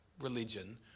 religion